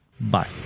Bye